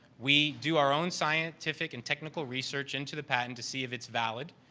we do our own scientific and technical research into the patent to see if it's valid.